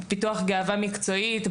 בפיתוח גאוותן המקצועית,